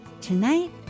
Tonight